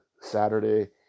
Saturday